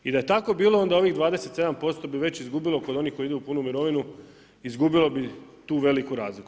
I da je tako bilo onda ovih 27% bi već izgubilo kod onih koji idu u punu mirovinu izgubilo bi tu veliku razliku.